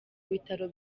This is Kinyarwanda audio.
bitaro